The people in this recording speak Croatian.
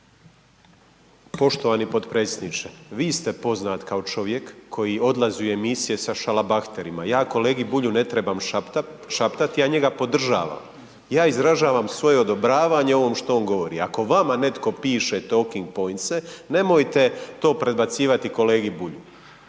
Poštovani potpredsjedniče vi ste poznat kao čovjek koji odlazi u emisije sa šalabahterima, ja kolegi Bulju ne trebam šaptat ja njega podržavam, ja izražavam svoje odobravanje ovom što on govori. Ako vama netko piše talking points nemojte to predbacivati kolegi Bulju.